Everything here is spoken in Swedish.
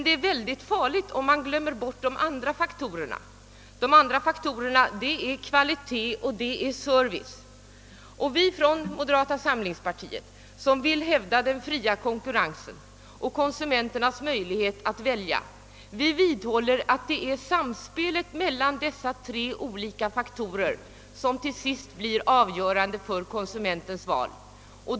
Det är emellertid mycket farligt om de andra faktorerna glöms bort, nämligen kvalitet och service. Vi i moderata samlingspartiet, som vill hävda den fria konkurrensen och konsumenternas möjlighet att välja, vidhåller att det är samspelet mellan dessa tre olika faktorer som till sist blir avgörande för konsumentens val.